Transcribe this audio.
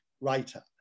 writer